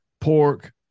pork